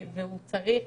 והוא גם צריך